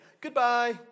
goodbye